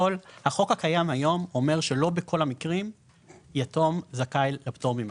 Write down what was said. החוק הקיים היום אומר שלא בכל המקרים יתום זכאי לפטור ממס.